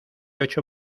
ocho